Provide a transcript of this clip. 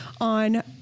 on